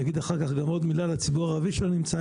אני אגיד אחר כך גם עוד מילה לציבור הערבי שנמצא,